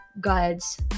God's